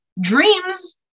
dreams